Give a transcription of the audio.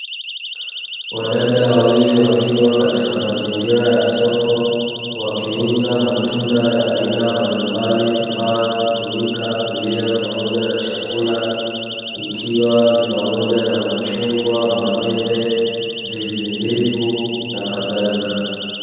Wadada wawili wakiwa katika mazingira ya soko, wakiuza matunda ya aina mbalimbali ambayo hutumika kulia pamoja na chakula, ikiwa ni pamoja na: machungwa, maembe, ndizi mbivu na kadhalika.